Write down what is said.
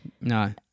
No